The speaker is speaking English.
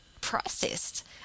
processed